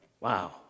Wow